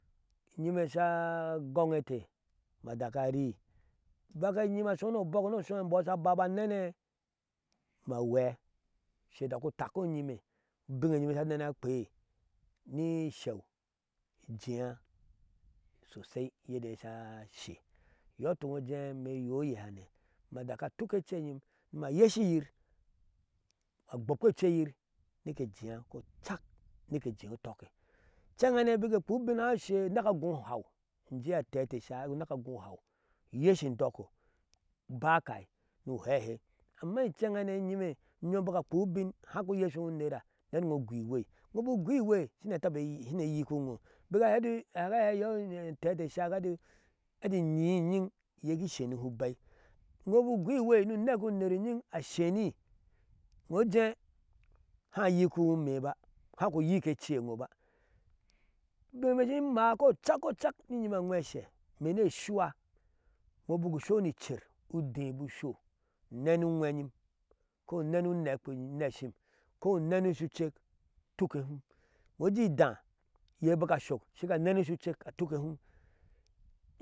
Inyime sha agɔŋ ete ma dak anii bak inyime asho ni obɔk ni oshɔɔ e imbo sha aba ba anɛnɛɛ ma aŋwee ushe dak utakuwinyime ubin enyime sha anenee akpiei ni eshew in jea sosai yedeye sha shee, iyɔɔ ituk ino ujɛɛ imee ni yea oyehane ma dak atuke ceyir ni ke yeshiyir, agbokpo oceyir ni ke ejea kocak ni ke ejea utɔkke incɛŋhane bik ke ekpea ubin haa isheye uneke agu uhaw uham inyi antɛtɛ esha ɛti uneke agu uhaw, uyeshi indoko ba kai, ni uhehe amma incehanes noo unerha neniŋoo ugui iweng iŋo bik ugui iwei shin etabe enyikihiŋo bik ahee eti aka ahɛɛ iyɔɔ antɛɛte esha ka hɛɛ ɛti inyii inyin iye ku ushena ubei injo bik ugu iwei ni uneke uner unyin sheni, iyo ujee haa unikihe imee ba haa ku yik ece e iŋo ba ubin e imee shin maa kocak ni nyime aŋwɛɛe ashɛ ime ni eshuwa iŋo bik usho mi icer udei bik usho unɛnɛ shucak utuke hum injo ujee ida bik iyee ashok shiga anɛnɛ shiucek atukke hum.